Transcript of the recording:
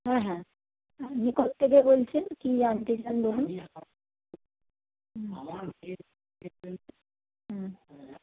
হ্যাঁ হ্যাঁ আপনি কোত্থেকে বলছেন কী জানতে চান বলুন